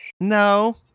No